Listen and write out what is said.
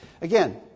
Again